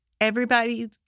Everybody's